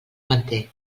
manté